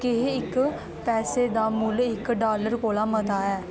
केह् इक पैसै दा मुल्ल इक डालर कोला मता ऐ